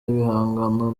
ibihangano